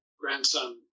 grandson